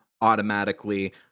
automatically